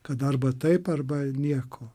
kad arba taip arba nieko